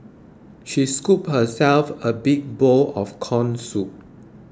she scooped herself a big bowl of Corn Soup